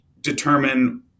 determine